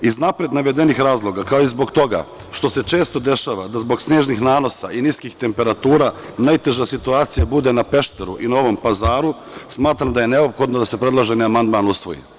Iz napred navedenih razloga, kao i zbog toga što se često dešava da zbog snežnih nanosa i niskih temperatura, najteža situacije bude na Pešteru i Novom Pazaru, smatram da je neophodno da se predloženi amandman usvoji.